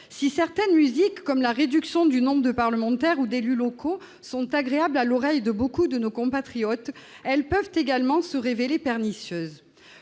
Si certaines musiques comme la réduction du nombre de parlementaires ou d'élus locaux sont agréables à l'oreille de beaucoup de nos compatriotes, elles peuvent également se révéler pernicieuses.